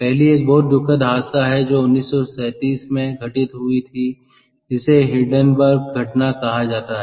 पहला एक बहुत दुखद हादसा है जो 1937 में घटित हुई थी जिसे हिंडनबर्ग घटना कहा जाता है